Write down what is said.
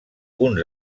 uns